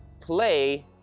play